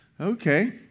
okay